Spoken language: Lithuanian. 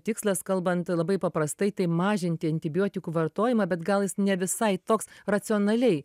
tikslas kalbant labai paprastai tai mažinti antibiotikų vartojimą bet gal jis ne visai toks racionaliai